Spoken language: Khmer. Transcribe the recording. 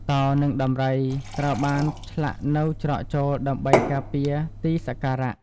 តោ និង ដំរី ត្រូវបានឆ្លាក់នៅច្រកចូលដើម្បីការពារទីសក្ការៈ។